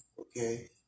okay